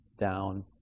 down